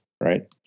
Right